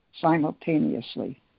simultaneously